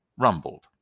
rumbled